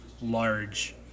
large